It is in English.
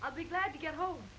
i'll be glad to get home